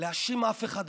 להאשים אף אחד אחר.